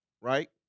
right